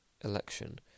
election